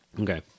Okay